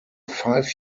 five